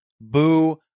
boo